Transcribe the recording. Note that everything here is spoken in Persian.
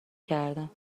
کردم